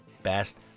best